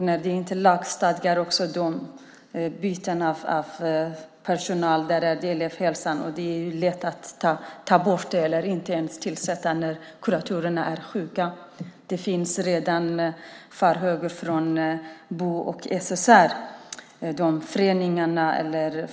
När det inte är lagstadgat byter man också personal inom elevhälsan. Det är lätt att ta bort eller att inte tillsätta när kuratorerna är sjuka. Det finns redan farhågor från BO och SSR.